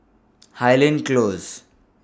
Highland Close